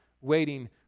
waiting